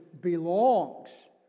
belongs